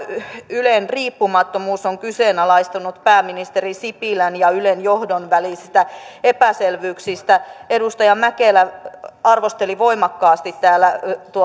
ylen riippumattomuus on kyseenalaistunut pääministeri sipilän ja ylen johdon välisistä epäselvyyksistä edustaja mäkelä arvosteli voimakkaasti täällä